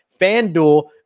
FanDuel